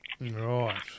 Right